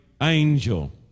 angel